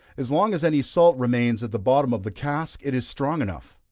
as long as any salt remains at the bottom of the cask it is strong enough.